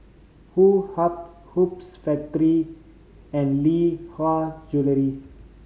Woh Hup Hoops Factory and Lee Hwa Jewellery